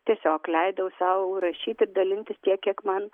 tiesiog leidau sau rašyt ir dalintis tiek kiek man